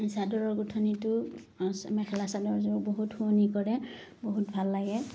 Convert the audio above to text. চাদৰৰ গোঁঠনিটো মেখেলা চাদৰযোৰ বহুত শুৱনি কৰে বহুত ভাল লাগে